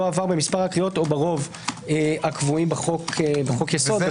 עבר במספר הקריאות או ברוב הקבועים בחוק יסוד.